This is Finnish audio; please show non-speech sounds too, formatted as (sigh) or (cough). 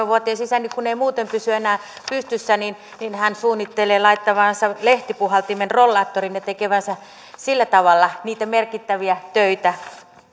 (unintelligible) vuotias isäni kun ei muuten pysy enää pystyssä niin niin hän suunnittelee laittavansa lehtipuhaltimen rollaattoriin ja tekevänsä sillä tavalla niitä merkittäviä töitä